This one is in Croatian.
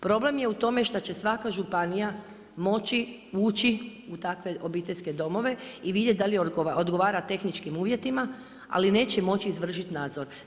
Problem je u tome što će svaka županija moći ući u takve obiteljske domove i vidjet da li odgovara tehničkim uvjetima, ali neće moći izvršiti nadzor.